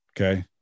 Okay